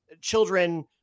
children